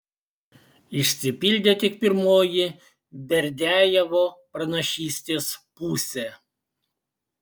išsipildė tik pirmoji berdiajevo pranašystės pusė